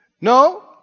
No